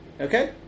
okay